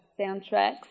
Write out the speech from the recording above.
soundtracks